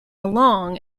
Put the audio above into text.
along